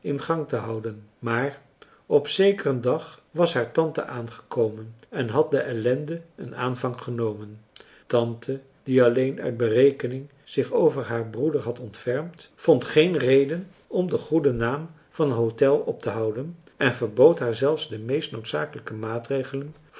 in gang te houden maar op zekeren dag was haar tante aangekomen en had de ellende een aanvang genomen tante die alleen uit berekening zich over haar broeder had ontfermd vond geen reden om den goeden naam van het hôtel optehouden en verbood haar zelfs de meest noodzakelijke maatregelen